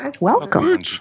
Welcome